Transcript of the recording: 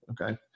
Okay